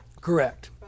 Correct